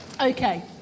Okay